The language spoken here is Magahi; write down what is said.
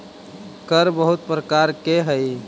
कर बहुत प्रकार के हई